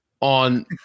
on